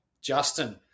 Justin